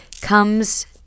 comes